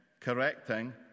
correcting